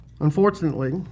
Unfortunately